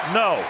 no